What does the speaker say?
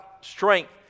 strength